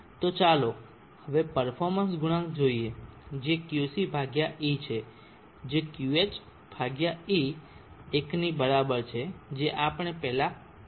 તો ચાલો હવે પરફોર્મન્સ ગુણાંક જોઈએ જે Qc E છે જે QH E 1 ની બરાબર છે જે આપણે પહેલા કામ કર્યું હતું